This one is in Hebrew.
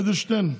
אדלשטיין?